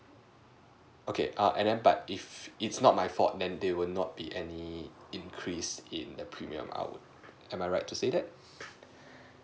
okay err and then but if it's not my fault then they would not be any increase in the premium out am I right to say that